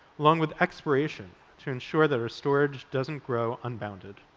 along with expiration to ensure that our storage doesn't grow unbounded.